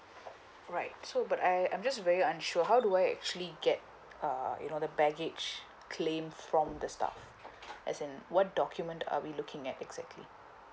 right so but I I'm just very unsure how do I actually get uh you know the baggage claim from the staff as in what document are we looking at exactly